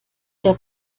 der